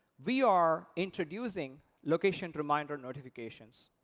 we are introducing location reminder notifications.